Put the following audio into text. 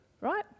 right